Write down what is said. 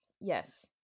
Yes